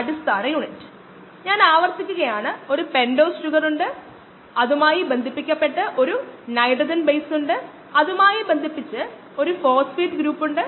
അതിനുമുമ്പ് ഞാൻ നിങ്ങളോട് പറയേണ്ടതുണ്ട് NADH നായുള്ള ഒപ്റ്റിമൽ വേവ് ലെങ്ത് ജോഡി 340 460 നാനോമീറ്ററാണ്